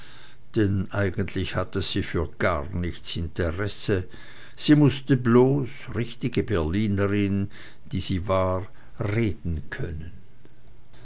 denn eigentlich hatte sie für gar nichts interesse sie mußte bloß richtige berlinerin die sie war reden können